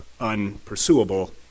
unpursuable